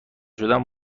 شدم